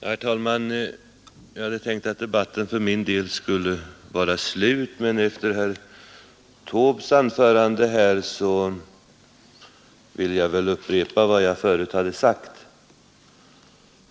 Herr talman! Jag hade tänkt att debatten för min del skulle vara slut, men efter herr Taubes anförande här vill jag upprepa vad jag förut har sagt.